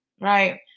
Right